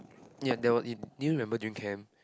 ya that were in do you remember during camp